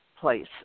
place